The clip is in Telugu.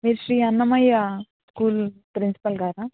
మీరు శ్రీ అన్నమయ్య స్కూల్ ప్రిన్సిపల్ గారా